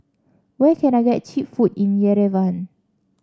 where can I get cheap food in Yerevan